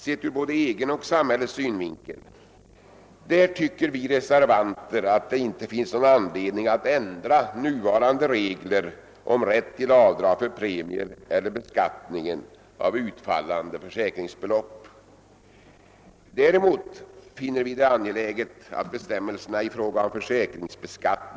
Med det anförda anser utskottet sig ha besvarat motionerna I: 17 och II: 20 samt I: 219 och II: 258. »De irelativt förmånliga regler, som gäller i fråga om beskattningen av livförsäkringar, har sin grund i att det av sociala skäl ansetts önskvärt att medborgarna skaffar sig ett gott försäkringsskydd.